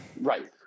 Right